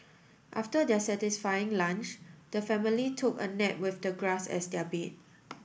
after their satisfying lunch the family took a nap with the grass as their bed